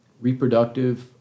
reproductive